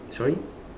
sorry